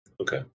okay